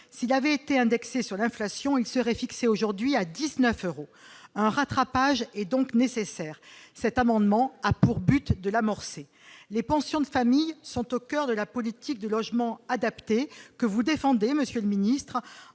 s'il avait été indexé sur l'inflation, il serait fixé aujourd'hui à 19 euros un rattrapage est donc nécessaire, cet amendement a pour but de l'amorcer les pensions de famille sont au coeur de la politique de logement adaptés que vous défendez monsieur le ministre,